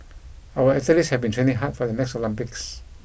our athletes have been training hard for the next Olympics